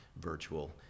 virtual